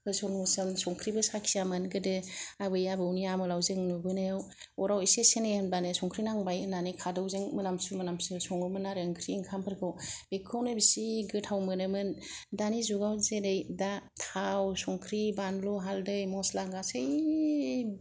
होसन होसन संख्रिबो साखिआमोन गोदो आबै आबौनि आमोलाव जों नुबोनायाव अराव एसे सेने होनबानो संख्रि नांबाय होननानै खादौजों मोनामसु मोनामसु संङोमोन आरो ओंख्रि ओंखाम फोरखौ बेखौनो बिसि गोथाव मोननोमोन दानि जुगाव जेरै दा थाव संख्रि बानलु हाल्दै मसला गासै